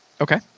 Okay